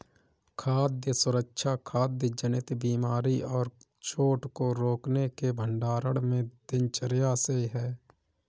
खाद्य सुरक्षा खाद्य जनित बीमारी और चोट को रोकने के भंडारण में दिनचर्या से है